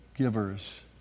Givers